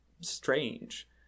strange